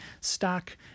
stock